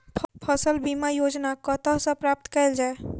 फसल बीमा योजना कतह सऽ प्राप्त कैल जाए?